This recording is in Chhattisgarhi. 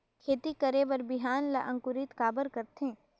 खेती करे बर बिहान ला अंकुरित काबर करथे?